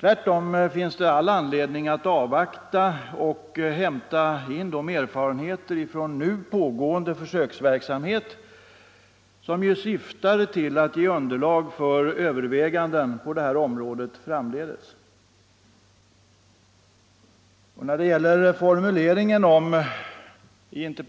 Tvärtom finns det all anledning att avvakta erfarenheterna från nu pågående försöksverksamhet, som syftar till att ge underlag för överväganden framdeles på detta område. Jag